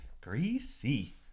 Greasy